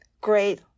great